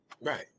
Right